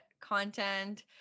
content